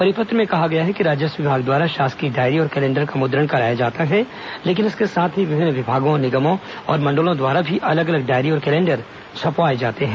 परिपत्र में कहा गया है कि राजस्व विभाग द्वारा शासकीय डायरी और कैलेण्डर का मुद्रण करवाया जाता है लेकिन इसके साथ ही विभिन्न विभागों निगमों और मंडलों द्वारा भी अलग अलग डायरी और कैलेण्डर छपवाये जाते हैं